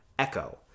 Echo